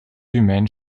humaine